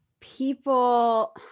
people